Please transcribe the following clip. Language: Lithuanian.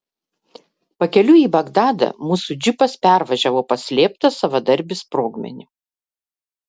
pakeliui į bagdadą mūsų džipas pervažiavo paslėptą savadarbį sprogmenį